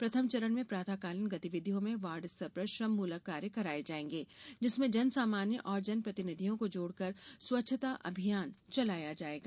प्रथम चरण में प्रातरूकालीन गतिविधियों में वार्ड स्तर पर श्रममूलक कार्य कराये जायेंगे जिसमें जन सामान्य और जन प्रतिनिधियों को जोड़कर स्वच्छता अभियान चलाया जाएगा